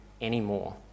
anymore